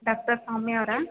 doctor Soumya ಅವರಾ